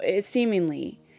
seemingly